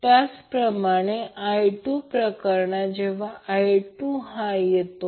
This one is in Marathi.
त्याचप्रमाणे i2 च्या प्रकरणात जेव्हा i2 हा येतो